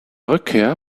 rückkehr